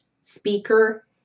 speaker